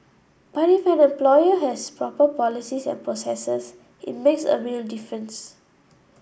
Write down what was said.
but if an employer has proper policies and processes it makes a real difference